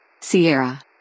Sierra